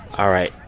all right.